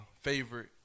favorite